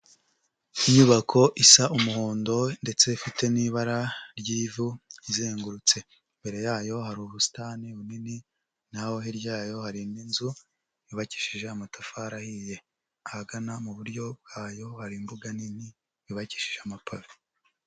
Inyubako isa umuhondo ndetse ifite n'ibara ry'ivu izengurutse, imbere yayo hari ubusitani bunini naho hirya yayo hari indi nzu yubakishije amatafari ahiye, ahagana mu buryo bwayo hari imbuga nini yubakishije amapave.